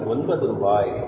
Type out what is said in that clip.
அது 9 ரூபாய்